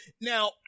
Now